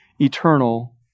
eternal